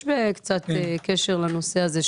יש קצת קשר לנושא הזה.